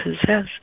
possess